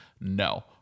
No